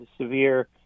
severe